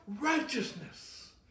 righteousness